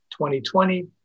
2020